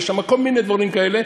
יש שם כל מיני דברים כאלה,